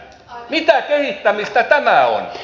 mitä kehittämistä tämä on